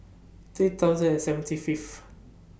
three thousand and seventy Fifth